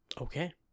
Okay